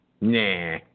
Nah